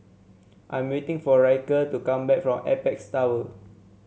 I'm waiting for Ryker to come back from Apex Tower